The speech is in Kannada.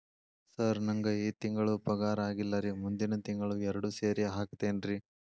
ಸರ್ ನಂಗ ಈ ತಿಂಗಳು ಪಗಾರ ಆಗಿಲ್ಲಾರಿ ಮುಂದಿನ ತಿಂಗಳು ಎರಡು ಸೇರಿ ಹಾಕತೇನ್ರಿ